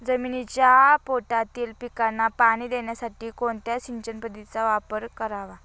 जमिनीच्या पोटातील पिकांना पाणी देण्यासाठी कोणत्या सिंचन पद्धतीचा वापर करावा?